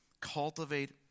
cultivate